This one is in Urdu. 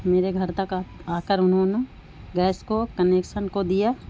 میرے گھر تک آ آ کر انہوں نے گیس کو کنیکسن کو دیا